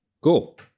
cool